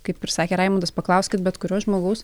kaip ir sakė raimundas paklauskit bet kurio žmogaus